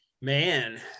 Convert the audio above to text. man